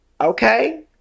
Okay